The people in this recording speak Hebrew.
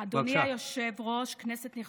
אדוני היושב-ראש, כנסת נכבדה,